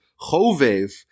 Chovev